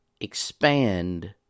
expand